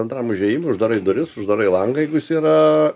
antram užėjimui uždarai duris uždarai langą jeigu jis yra